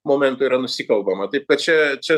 momento yra nusikalbama taip kad čia čia